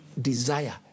desire